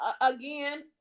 again